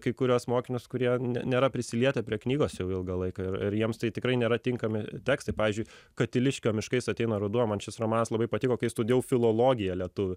kai kuriuos mokinius kurie nėra prisilietę prie knygos jau ilgą laiką ir jiems tai tikrai nėra tinkami tekstai pavyzdžiui katiliškio miškais ateina ruduo man šis romanas labai patiko kai studijavau filologiją lietuvių